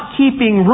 keeping